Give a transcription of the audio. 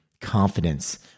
confidence